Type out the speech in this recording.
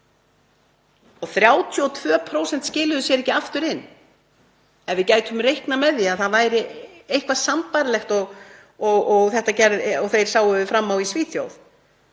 og 32% skiluðu sér ekki aftur inn, ef við gætum reiknað með því að það væri eitthvað sambærilegt og þeir sáu fram á í Svíþjóð,